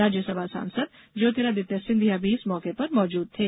राज्यसभा सांसद ज्योतिरादित्य सिंधिया भी इस मौके पर मौजूद थे